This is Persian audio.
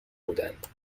بودند